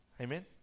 Amen